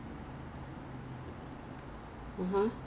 err I don't know leh because I always go to that timing